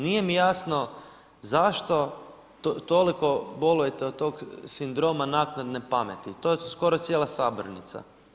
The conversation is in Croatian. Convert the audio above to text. Nije mi jasno zašto toliko bolujete od tog sindroma naknadne pameti, to je skoro cijela sabornica.